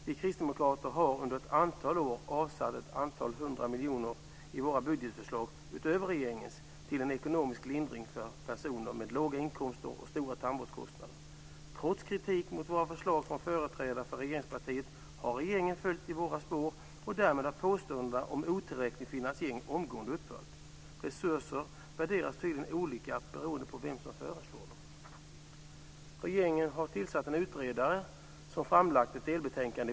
Vi kristdemokrater har i våra budgetförslag under många år avsatt ett antal hundra miljoner mer än regeringen för ekonomisk lindring för personer med låga inkomster och stora tandvårdskostnader. Trots kritik mot våra förslag från företrädare för regeringspartiet har regeringen följt i våra spår, och därmed har påståendena om otillräcklig finansiering omgående upphört. Resurser värderas tydligen olika beroende på vem som kommer med förslagen. Regeringen har tillsatt en utredare, som i våras framlade ett delbetänkande.